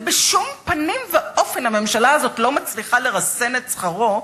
ובשום פנים ואופן הממשלה הזאת לא מצליחה לרסן את שכרו,